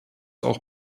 auch